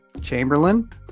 Chamberlain